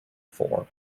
for